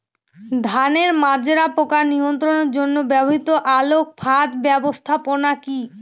ধানের মাজরা পোকা নিয়ন্ত্রণের জন্য ব্যবহৃত আলোক ফাঁদ ব্যবস্থাপনা কি?